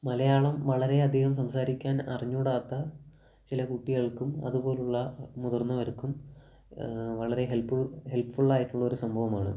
മലയാളം വളരെ അധികം സംസാരിക്കാൻ അറിഞ്ഞുകൂടാത്ത ചില കുട്ടികൾക്കും അതുപോലുള്ള മുതിർന്നവർക്കും വളരെ ഹെല്പ് ഹെല്പ്ഫുള്ളായിട്ടുള്ളൊരു സംഭവമാണ്